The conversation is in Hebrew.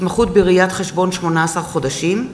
התמחות בראיית-חשבון 18 חודשים),